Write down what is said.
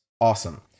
awesome